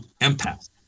empath